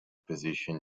position